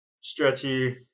Stretchy